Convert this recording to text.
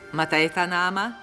matai tą namą